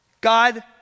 God